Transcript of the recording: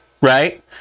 right